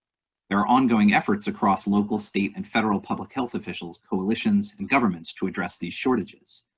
there are ongoing efforts across local, state, and federal public health officials, coalitions, and governments to address these shortages.